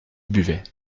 buvait